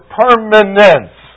permanence